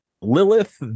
Lilith